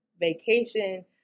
vacation